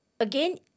Again